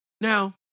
Now